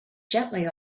gently